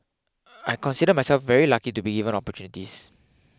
I consider myself very lucky to be given opportunities